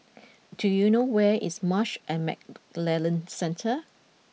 do you know where is Marsh and McLennan Centre